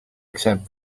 except